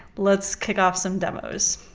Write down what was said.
let's kick off some demos.